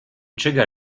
trigger